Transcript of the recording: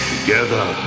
Together